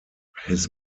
his